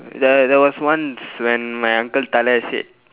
there there was once when my uncle thala said